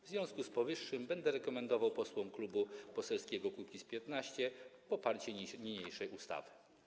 W związku z powyższym będę rekomendował posłom Klubu Poselskiego Kukiz’15 poparcie niniejszej ustawy.